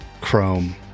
chrome